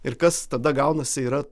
ir kas tada gaunasi yra